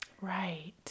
Right